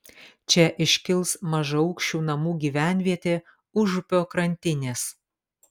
čia iškils mažaaukščių namų gyvenvietė užupio krantinės